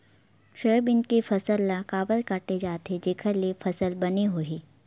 Soybean के फसल ल काबर काटे जाथे जेखर ले फसल बने होही?